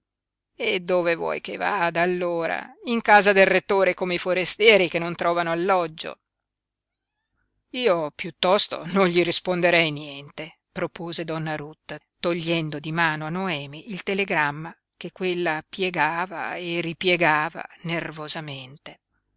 e dove vuoi che vada allora in casa del rettore come i forestieri che non trovano alloggio io piuttosto non gli risponderei niente propose donna ruth togliendo di mano a noemi il telegramma che quella piegava e ripiegava nervosamente